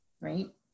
right